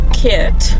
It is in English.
kit